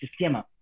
Sistema